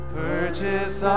purchase